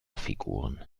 figuren